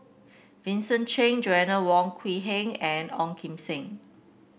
Vincent Cheng Joanna Wong Quee Heng and Ong Kim Seng